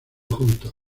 juntos